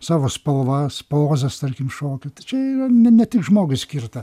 savo spalvas pozas tarkim šokio tai čia yra ne ne tik žmogui skirta